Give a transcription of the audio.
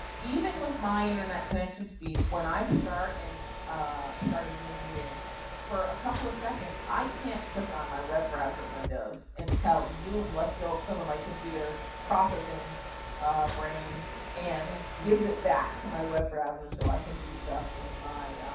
even with my internet connection speed when i start and ah a zoom meeting for a couple of seconds. i can't click on my web browser windows and tell zoom lets go of some of my computer processing brain and gives it back to my web browser. so i can do stuff in my